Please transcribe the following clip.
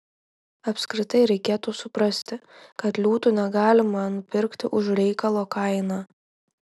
apskritai reikėtų suprasti kad liūtų negalima nupirkti už reikalo kainą